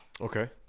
Okay